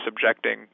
subjecting